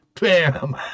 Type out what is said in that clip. bam